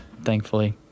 thankfully